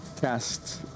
cast